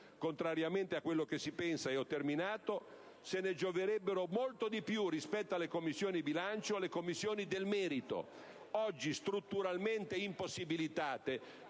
Contrariamente a quanto si pensa, se ne gioverebbero molto di più, rispetto alle Commissioni bilancio, le Commissioni di merito, oggi strutturalmente impossibilitate